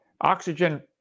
Oxygen